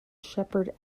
sheppard